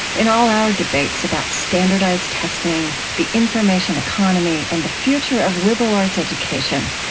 in all our debates about standardized testing, the information economy, and the future of liberal arts education,